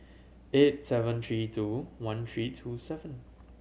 eight seven three two one three two seven